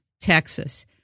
Texas